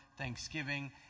Thanksgiving